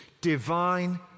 divine